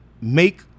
make